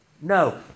No